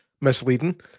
misleading